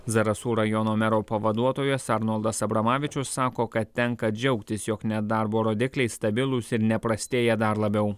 zarasų rajono mero pavaduotojas arnoldas abramavičius sako kad tenka džiaugtis jog nedarbo rodikliai stabilūs ir neprastėja dar labiau